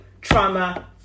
trauma